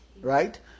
right